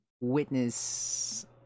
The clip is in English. witness